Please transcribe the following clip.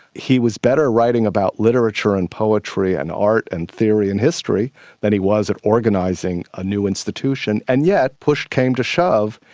he was better writing about literature and poetry and art and theory and history than he was at organising a new institution, and yet push came to shove,